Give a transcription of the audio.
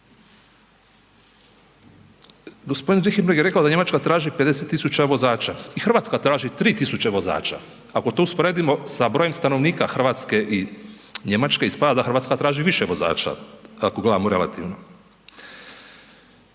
Gospodin Richembergh je rekao da Njemačka traži 50.000 vozača i Hrvatska traži 3.000 vozača, ako to usporedimo sa brojem stanovnika Hrvatske i Njemačke ispada da Hrvatska traži više vozača, ako gledamo relativno.